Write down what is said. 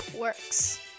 works